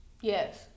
Yes